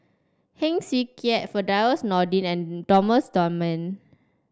Heng Swee Keat Firdaus Nordin and Thomas Dunman